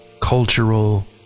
cultural